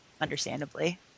understandably